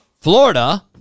Florida